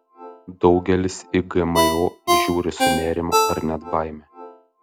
daugelis į gmo žiūri su nerimu ar net baime